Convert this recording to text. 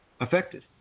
affected